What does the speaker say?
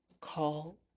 call